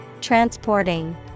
Transporting